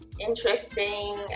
interesting